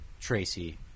Tracy